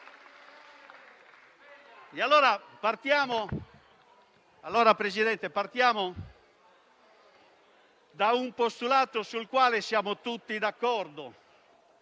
Signor Presidente, partiamo da un postulato sul quale siamo tutti d'accordo: